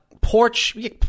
porch –